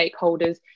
stakeholders